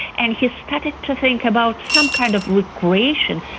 and he started to think about some kind of re-creation,